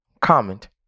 comment